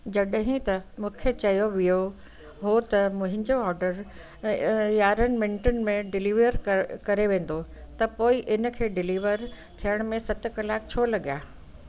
जॾहिं त मूंखे चयो वियो हो त मुंहिंजो ऑर्डर यारहं मिंटनि में डिलीवर क करे वेंदो त पोइ इनखे डिलीवर थियण में सत कलाक छो लॻिया